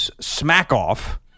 smack-off